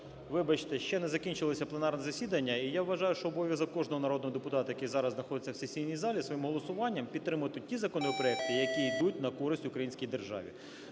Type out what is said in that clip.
вибачте, ще не закінчилося пленарне засідання і, я вважаю, що обов'язок кожного народного депутата, який зараз знаходиться в сесійній залі, своїм голосуванням підтримати ті законопроекти, які йдуть на користь українській державі.